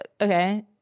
okay